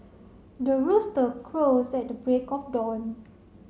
the rooster crows at the break of dawn